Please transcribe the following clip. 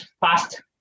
fast